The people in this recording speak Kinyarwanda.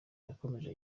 yakomeje